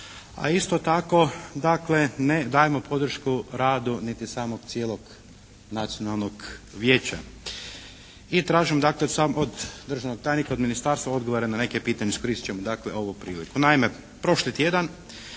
A isto tako dakle ne dajemo podršku radu niti samog cijelog Nacionalnog vijeća. I tražim dakle sam od državnog tajnika, od Ministarstva odgovore na neka pitanja. Iskoristit ćemo dakle ovu priliku.